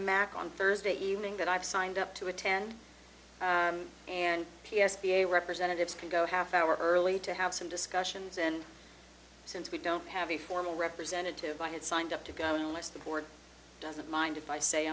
america on thursday evening that i've signed up to attend and p s p a representatives can go half hour early to have some discussions and since we don't have a formal representative i had signed up to go unless the board doesn't mind if i say